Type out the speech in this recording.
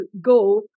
go